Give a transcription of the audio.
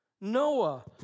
Noah